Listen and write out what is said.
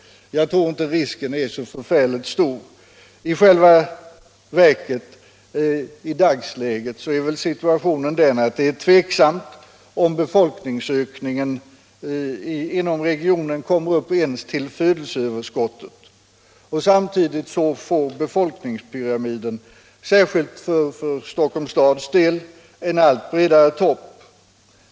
Jag tror inte att risken är så förfärligt stor. I dagsläget är situationen i själva verket den att det är tveksamt om befolkningsökningen inom regionen kommer upp ens till födelseöverskottet. Samtidigt får befolkningspyramiden, särskilt för Stockholms kommuns del, en allt bredare topp.